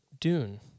dune